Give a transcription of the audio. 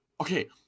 Okay